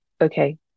Okay